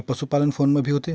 का पशुपालन ह फोन म भी होथे?